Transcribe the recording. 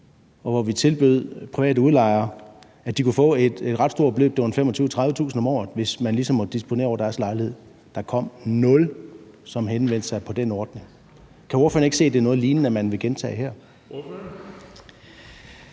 hvor vi tilbød private udlejere, at de kunne få et ret stort beløb – det var 25-30.000 kr. om året – hvis man ligesom måtte disponere over deres lejligheder. Der var nul, som henvendte sig på den ordning. Kan ordføreren ikke se, at det er noget lignende, man vil gentage her?